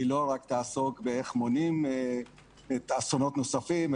היא לא תעסוק רק באיך מונעים אסונות נוספים,